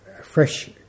fresh